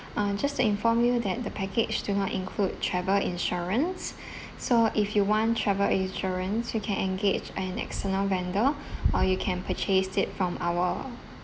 uh just to inform you that the package do not include travel insurance so if you want travel insurance you can engage an external vendor or you can purchased it from our